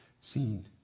seen